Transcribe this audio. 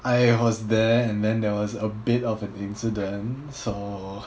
I was there and then there was a bit of an incident so